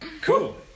Cool